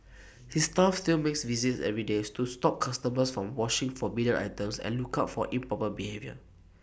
his staff still makes visits every days to stop customers from washing forbidden items and look out for improper behaviour